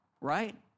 right